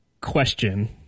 question